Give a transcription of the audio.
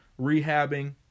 rehabbing